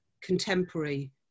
contemporary